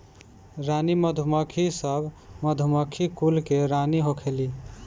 रानी मधुमक्खी सब मधुमक्खी कुल के रानी होखेली